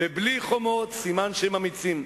ובלי חומות, סימן שהם אמיצים.